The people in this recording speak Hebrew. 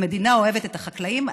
המדינה אוהבת את החקלאים?